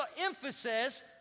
emphasis